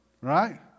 Right